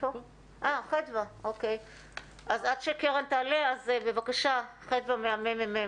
אז עד שקרן תעלה, בבקשה, חדוה מהממ"מ.